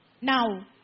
Now